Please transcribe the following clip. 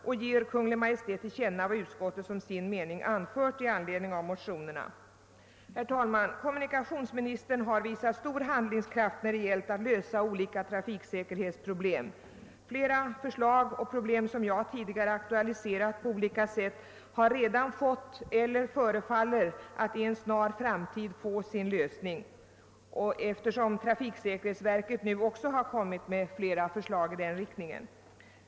Utskottet hemställer att riksdagen som sin mening ger Kungl. Maj:t till känna vad utskottet anfört i anledning av motionerna. Herr talman! Kommunikationsministern har visat stor handlingskraft när det gällt att lösa olika trafiksäkerhetsproblem. Flera problem som jag tidigare på olika sätt har aktualiserat har redan fått eller förefaller att i en snar framtid få sin lösning, eftersom trafiksäkerhetsverket även har kommit med flera förslag i den riktningen.